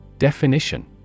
Definition